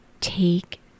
take